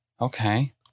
okay